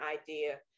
idea